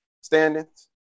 standings